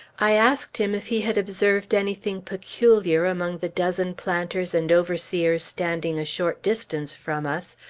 i asked him if he had observed anything peculiar among the dozen planters and overseers standing a short distance from us,